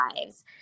lives